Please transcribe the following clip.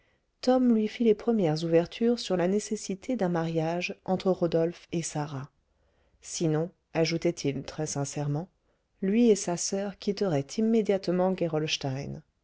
tom lui fit les premières ouvertures sur la nécessité d'un mariage entre rodolphe et sarah sinon ajoutait-il très sincèrement lui et sa soeur quitteraient immédiatement